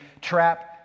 trap